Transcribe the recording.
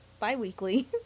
bi-weekly